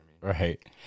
Right